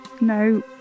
No